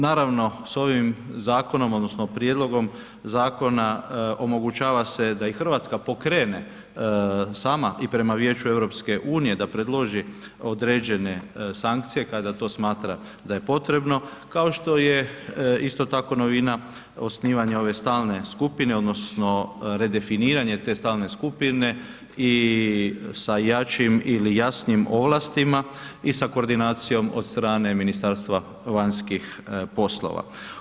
Naravno, s ovim zakonom, odnosno prijedlogom zakona, omogućava se da i Hrvatska pokrene sama i prema Vijeću EU, da predloži određene sankcije kada to smatra da je potrebno, kao što je isto tako, novina osnivanje ove stalne skupine odnosno redefiniranje te stalne skupine i sa jačim ili jasnijim ovlastima i sa koordinacijom od strane Ministarstva vanjskih poslova.